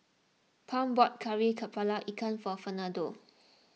Pam bought Kari Kepala Ikan for Fernando